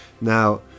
Now